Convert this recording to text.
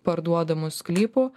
parduodamu sklypu